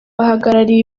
bahagarariye